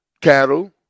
cattle